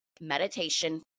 meditation